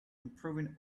improving